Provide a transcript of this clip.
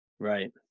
Right